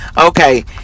Okay